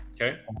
Okay